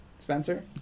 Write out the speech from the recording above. Spencer